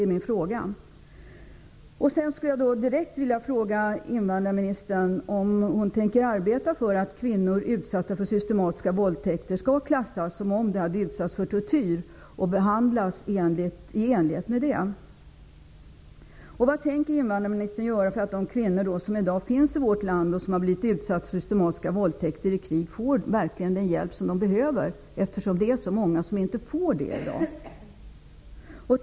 Min fråga är: Vad tänker invandrarministern göra för att de kvinnor som i dag finns i vårt land, och som har blivit utsatta för systematiska våldtäkter i krig, verkligen får den hjälp som de behöver? Det är så många som inte får det i dag.